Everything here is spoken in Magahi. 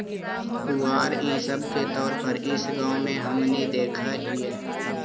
पुआल इ सब के तौर पर इस गाँव में हमनि देखऽ हिअइ